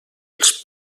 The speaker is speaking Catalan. els